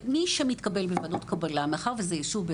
מי שמתקבל בוועדות קבלה,